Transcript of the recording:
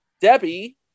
Debbie